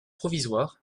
provisoire